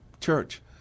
church